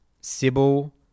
Sybil